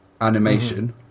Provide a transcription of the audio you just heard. animation